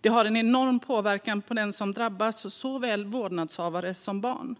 Det har en enorm påverkan på dem som drabbas, såväl på vårdnadshavare som på barn.